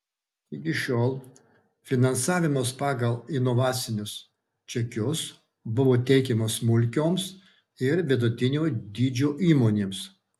iki šiol finansavimas pagal inovacinius čekius buvo teikiamas smulkioms ir vidutinio dydžio įmonėms